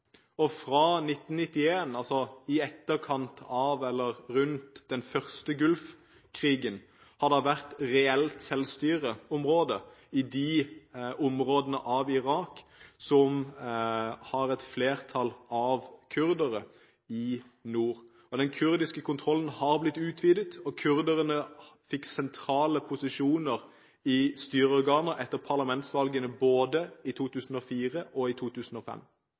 rundt den første Golfkrigen, har det vært reelt selvstyreområde i de områdene av Irak som har et flertall av kurdere i nord. Den kurdiske kontrollen har blitt utvidet, og kurderne fikk sentrale posisjoner i styrende organer etter parlamentsvalgene både i 2004 og i 2005.